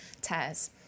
tears